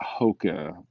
Hoka